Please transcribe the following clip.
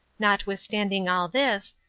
notwithstanding all this,